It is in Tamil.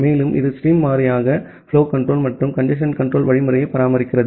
மேலும் இது ஸ்ட்ரீம் வாரியாக புலோ கன்ட்ரோல் மற்றும் கஞ்சேஸ்ன் கன்ட்ரோல் வழிமுறையை பராமரிக்கிறது